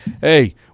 Hey